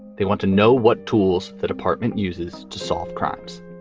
they want to know what tools the department uses to solve crimes.